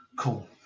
Cool